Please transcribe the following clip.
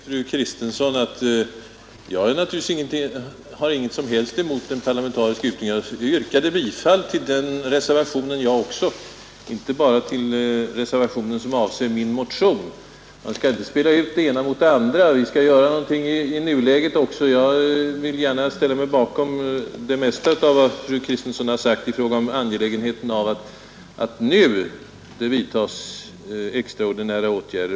Fru talman! Jag har inget som helst emot en parlamentarisk utredning, fru Kristensson. Jag yrkade ju bifall också till den reservation vari en sådan krävs och alltså inte bara till den reservation som avser min motion. Vi skall inte spela ut det ena mot det andra utan alltså göra någonting även åt nuläget. Jag vill gärna ställa mig bakom det mesta av vad fru Kristensson sagt om angelägenheten av att det nu vidtas vidgade åtgärder på det här området.